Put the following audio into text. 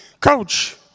Coach